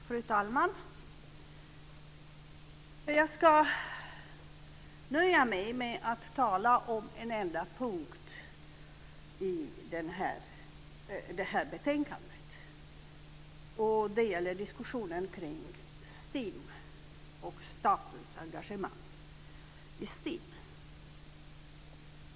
Fru talman! Jag ska nöja mig med att tala om en enda punkt i betänkandet. Det gäller diskussionen kring STIM och statens engagemang i STIM.